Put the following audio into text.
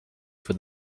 for